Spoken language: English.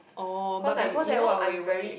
oh but before that what were you watching